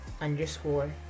underscore